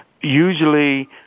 usually